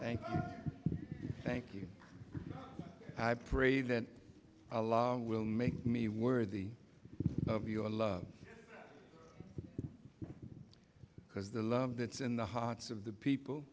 thank you thank you i pray that will make me worthy of your love because the love that's in the hearts of the people